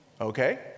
Okay